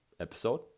episode